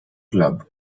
club